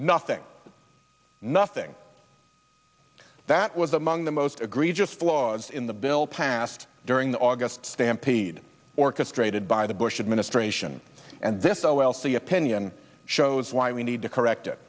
nothing nothing that was among the most egregious flaws in the bill passed during the august stampede orchestrated by the bush administration and this i will see opinion shows why we need to correct it